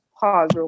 pause